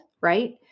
right